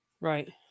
right